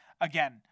Again